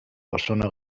ozono